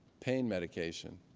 pain medication.